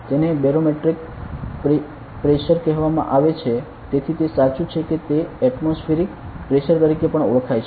તેને barometric pressure કહેવામાં આવે છે તેથી તે સાચું છે તે એટમોસફીયરીક પ્રેશર તરીકે પણ ઓળખાય છે